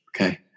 Okay